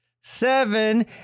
seven